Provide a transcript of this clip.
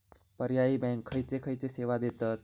पर्यायी बँका खयचे खयचे सेवा देतत?